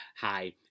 Hi